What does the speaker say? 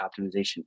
optimization